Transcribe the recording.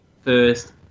first